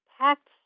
packed